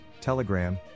Telegram